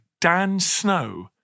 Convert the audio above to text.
DANSNOW